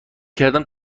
کردم